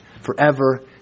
forever